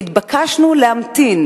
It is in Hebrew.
והתבקשנו להמתין.